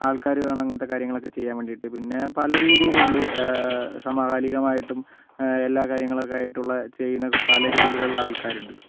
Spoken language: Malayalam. ആൾക്കാര് വേണം ഇങ്ങനത്തേ കാര്യങ്ങളൊക്കേ ചെയ്യാൻ വേണ്ടിയിട്ട് പിന്നേ പല രീതിയിലുണ്ട് സമകാലീകമായിട്ടും എല്ലാ കാര്യങ്ങളൊക്കേ ആയിട്ടുള്ള ചെയ്യുന്ന പല രീതിയിലുള്ള ആൾക്കാരുണ്ട്